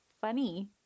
funny